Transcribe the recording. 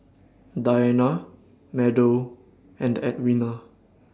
Diana Meadow and Edwina